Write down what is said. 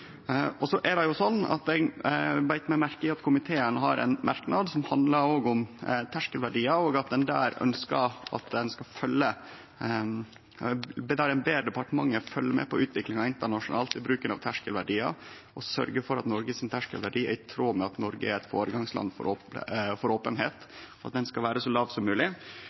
Eg beit meg merke i at komiteen har ein merknad som handlar om terselverdiar, der ein ber departementet følgje med på utviklinga internasjonalt i bruken av terskelverdiar og sørgje for at Noreg sin terskelverdi er i tråd med Noreg som eit føregangsland for openheit og så låg som mogleg. Det er ein intensjon som eg vil understreke er viktig at blir følgd opp på ein god måte. Dette er ei god sak og ei god og brei innstilling som